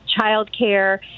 childcare